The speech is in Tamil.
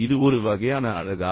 இது ஒரு வகையான அழகா